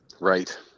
Right